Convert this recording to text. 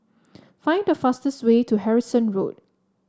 find the fastest way to Harrison Road